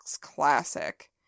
classic